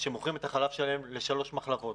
שמוכרים את החלב שלהם לשלוש מחלבות.